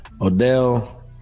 Odell